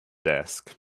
desk